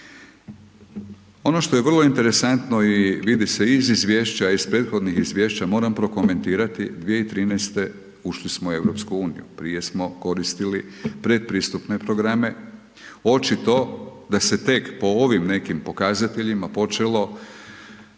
Ono što je vrlo interesantno i vidi se i iz Izvješća, iz prethodnih Izvješća, moram prokomentirati, 2013. ušli smo u Europsku uniju, prije smo koristili predpristupne programe, očito da se tek po ovim nekim pokazateljima počelo